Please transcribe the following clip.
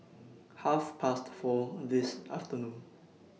Half Past four This afternoon